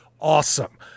awesome